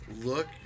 look